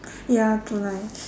ya too nice